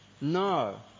No